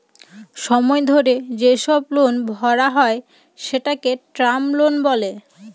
সময় ধরে যেসব লোন ভরা হয় সেটাকে টার্ম লোন বলে